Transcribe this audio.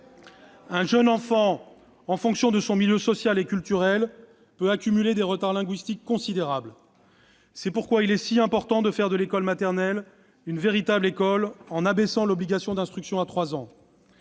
à la racine. En fonction de son milieu social et culturel, un jeune enfant peut accumuler des retards linguistiques considérables. C'est pourquoi il importe tellement de faire de l'école maternelle une véritable école en abaissant l'obligation d'instruction à 3 ans.